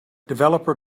developer